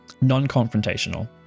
non-confrontational